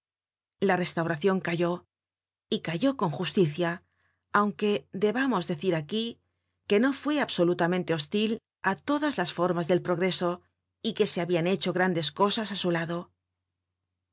la restauracion cayó y cayó con justicia aunque debamos decir aquí que no fue absolutamente hostil á todas las formas del progreso y que se habian hecho grandes cosas á su lado